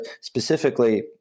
specifically